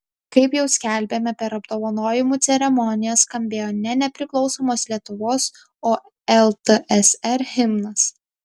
kaip jau skelbėme per apdovanojimų ceremoniją skambėjo ne nepriklausomos lietuvos o ltsr himnas